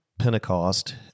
Pentecost